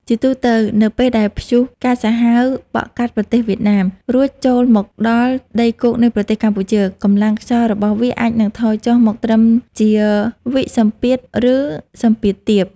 ជាទូទៅ នៅពេលដែលព្យុះកាចសាហាវបក់កាត់ប្រទេសវៀតណាម រួចចូលមកដល់ដីគោកនៃប្រទេសកម្ពុជា កម្លាំងខ្យល់របស់វាអាចនឹងថយចុះមកត្រឹមជាវិសម្ពាធ ឬសម្ពាធទាប។